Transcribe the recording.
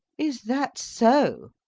is that so?